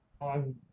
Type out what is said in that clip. On